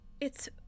It's-